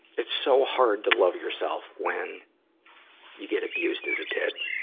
it's so hard to love yourself when you get abused as a kid,